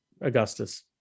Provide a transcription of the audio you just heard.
Augustus